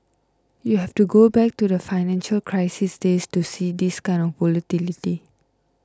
you have to go back to the financial crisis days to see this kind of volatility